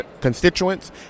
constituents